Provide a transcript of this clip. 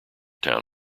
town